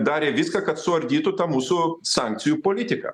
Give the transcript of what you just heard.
darė viską kad suardytų tą mūsų sankcijų politiką